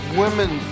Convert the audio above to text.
women